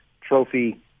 Trophy